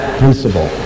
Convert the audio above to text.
principle